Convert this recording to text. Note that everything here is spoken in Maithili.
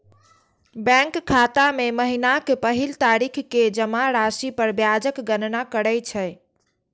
बैंक खाता मे महीनाक पहिल तारीख कें जमा राशि पर ब्याजक गणना करै छै